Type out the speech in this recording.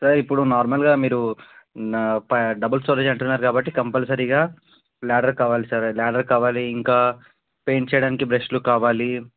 sir ఇప్పుడు నార్మల్గా మీరు నా డబల్ స్టోరీ అంటున్నారు కాబట్టి కంపల్సరీగా లాడర్ కావాలి సార్ లాడర్ కావాలి ఇంకా పేయింట్ చేయడానికి బ్రష్లు కావాలి